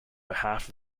behalf